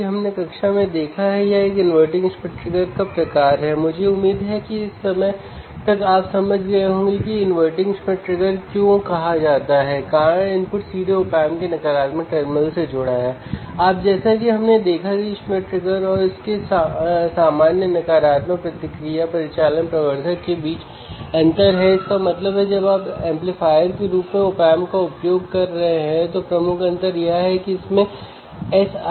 हमने इस विशेष सर्किट को पहले से ही सही देखा है इसका मतलब है यहाँ एक व्हीटस्टोन ब्रिज है और 4 प्रतिरोधक हैं है ना